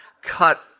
cut